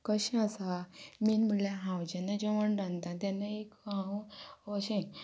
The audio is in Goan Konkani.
कशें आसा मेन म्हणल्यार हांव जेन्ना जेवण रांदतां तेन्ना एक हांव अशें